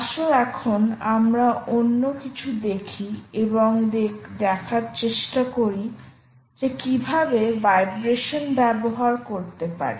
আসো এখন আমরা অন্য কিছু দেখি এবং দেখার চেষ্টা করি যে কিভাবে ভাইব্রেশন ব্যবহার করতে পারি